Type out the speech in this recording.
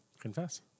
Confess